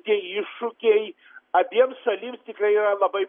tie iššūkiai abiem šalim tikrai yra labai